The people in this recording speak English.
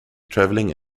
travelling